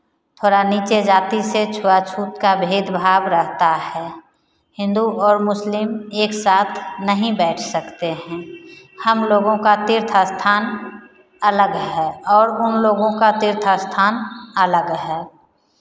थोड़ा नीचे जाति से छुआ छूत का भेदभाव रहता है हिन्दू और मुस्लिम एक साथ नहीं बैठ सकते हैं हम लोगों का तीर्थ स्थान अलग है और उन लोगों का तीर्थ स्थान अलग है